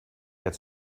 get